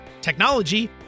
technology